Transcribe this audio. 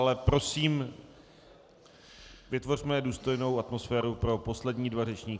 Ale prosím, vytvořme důstojnou atmosféru pro poslední dva řečníky.